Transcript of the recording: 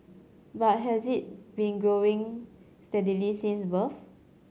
but has it been growing steadily since birth